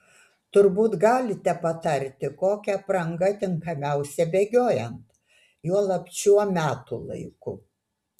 turbūt galite patarti kokia apranga tinkamiausia bėgiojant juolab šiuo metų laiku